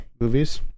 movies